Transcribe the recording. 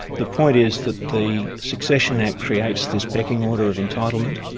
the point is that the succession act creates this pecking order of entitlement,